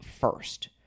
first